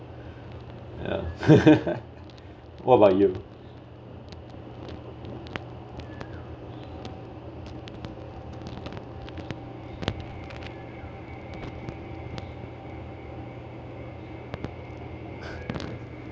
ya what about you